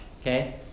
okay